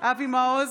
אבי מעוז,